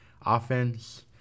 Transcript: offense